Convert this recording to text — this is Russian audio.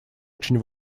очень